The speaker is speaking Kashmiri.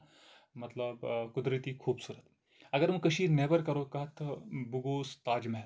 مطلب قُدرَتی خوٗبصوٗرت اَگر وۄنۍ کٔشیٖرِ نیبر کَرو کَتھ تہٕ بہٕ گوس تاج محل